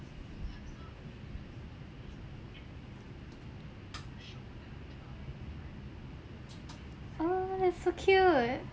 oh that's so cute